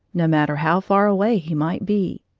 no matter how far away he might be.